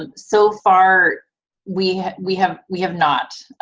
ah so far we, we have we have not.